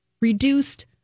Reduced